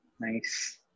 nice